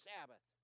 Sabbath